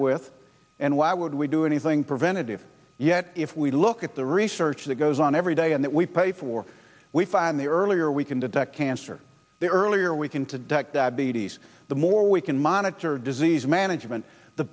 with and why would we do anything preventative yet if we look at the research that goes on every day and that we pay for we find the earlier we can detect cancer there earlier we can to direct that b d s the more we can monitor disease management the